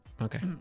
okay